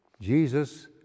Jesus